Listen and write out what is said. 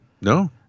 No